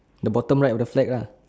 the bottom right of the flag lah